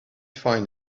find